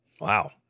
wow